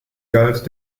galt